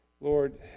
Lord